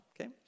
okay